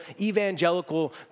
evangelical